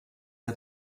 der